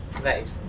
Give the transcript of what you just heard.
Right